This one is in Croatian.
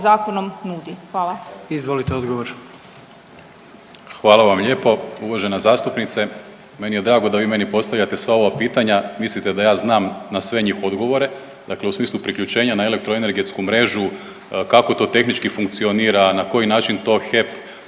odgovor. **Primorac, Marko** Hvala vam lijepo uvažena zastupnice. Meni je drago da vi meni postavljate sva ova pitanja, mislite da ja znam na sve njih odgovore. Dakle, u smislu priključenja na elektroenergetsku mrežu kako to tehnički funkcionira, na koji način to HEP